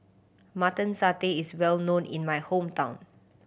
Mutton Satay is well known in my hometown